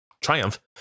triumph